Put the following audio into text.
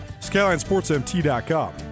SkylineSportsMT.com